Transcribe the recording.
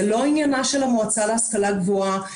זה לא עניינה של המועצה להשכלה גבוהה.